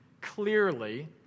clearly